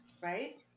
right